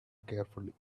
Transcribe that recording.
carefully